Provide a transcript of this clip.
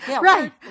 Right